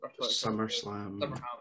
SummerSlam